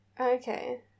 Okay